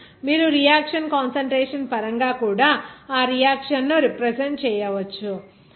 ఇక్కడ మీరు reaction concentration పరంగా కూడా ఆ రియాక్షన్ ను రిప్రజెంట్ చేయవచ్చు